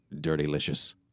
dirty-licious